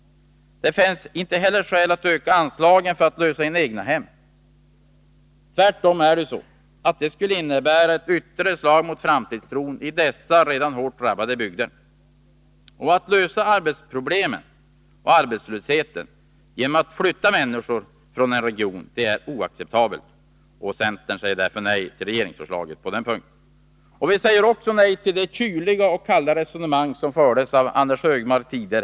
Det finns inte heller skäl att öka anslagen för att lösa in egnahem. Det skulle tvärtom innebära ett ytterligare slag mot framtidstron i dessa redan hårt drabbade bygder. Att lösa arbetslöshetsproblem genom att flytta människor från en region är oacceptabelt. Centern säger därför nej till regeringsförslagen på den punkten. Vi säger också nej till det kyliga resonemang som tidigare i dag fördes av Anders Högmark.